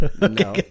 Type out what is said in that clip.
no